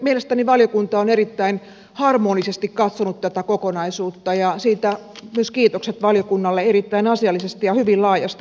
mielestäni valiokunta on erittäin harmonisesti katsonut tätä kokonaisuutta ja haluaisin myös välittää kiitokset valiokunnalle erittäin asiallisesta ja hyvin laajasta keskustelusta